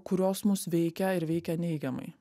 kurios mus veikia ir veikia neigiamai